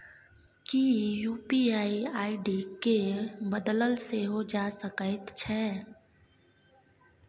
कि UPI ID केँ बदलल सेहो जा सकैत छै?